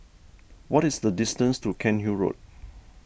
what is the distance to Cairnhill Road